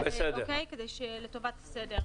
לטובת הסדר.